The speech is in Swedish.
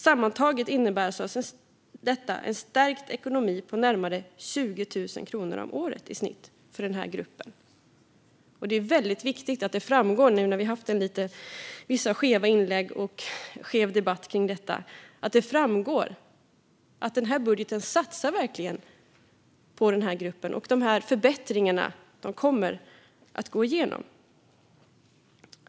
Sammantaget innebär alltså detta en stärkt ekonomi på i snitt närmare 20 000 kronor om året för den här gruppen. Nu när vi har haft vissa skeva inlägg och en skev debatt kring detta är det väldigt viktigt att det framgår att vi i den här budgeten verkligen satsar på den här gruppen. De här förbättringarna kommer att gå igenom.